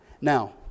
Now